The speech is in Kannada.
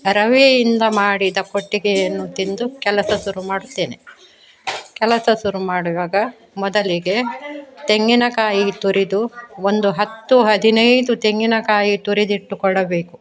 ರವೆಯಿಂದ ಮಾಡಿದ ಕೊಟ್ಟಿಗೆಯನ್ನು ತಿಂದು ಕೆಲಸ ಸುರು ಮಾಡುತ್ತೇನೆ ಕೆಲಸ ಶುರು ಮಾಡಿದಾಗ ಮೊದಲಿಗೆ ತೆಂಗಿನಕಾಯಿ ತುರಿದು ಒಂದು ಹತ್ತು ಹದಿನೈದು ತೆಂಗಿನಕಾಯಿ ತುರಿದಿಟ್ಟುಕೊಡಬೇಕು